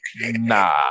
Nah